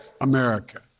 america